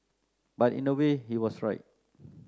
but in a way he was right